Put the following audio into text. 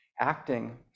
acting